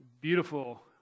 beautiful